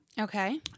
Okay